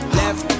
left